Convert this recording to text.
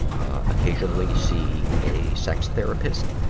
occasionally see a sex therapist.